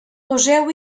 poseu